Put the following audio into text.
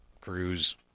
Cruise